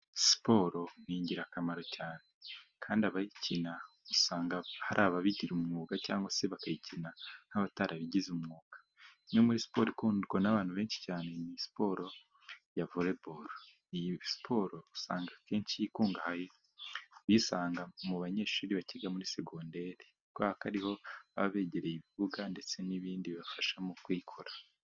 Siporo ni ingirakamaro cyane, kandi abayikina usanga hari ababigira umwuga cyangwa se bakayikina nk'abatarabigize umwuga, imwe muri siporo ikundwa n'abantu benshi cyane ni siporo ya voreboro, iyi siporo usanga akenshi ikungahaye uyisanga mu banyeshuri bacyiga muri segonderi, kubera ko ariho baba begereye ibibuga ndetse n'ibindi bibafasha mu kuyikora.